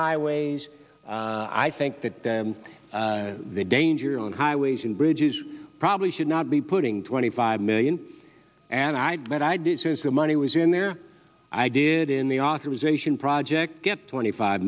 highways i think that the danger on highways and bridges probably should not be putting twenty five million and i when i did since the money was in there i did in the authorization project get twenty five